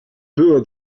było